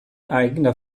eigener